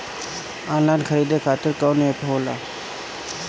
Online खरीदे खातीर कौन एप होला?